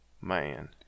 man